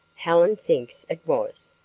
helen thinks it was,